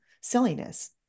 silliness